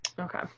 Okay